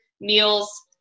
meals